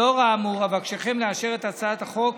לאור האמור אבקשכם לאשר את הצעת החוק